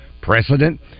precedent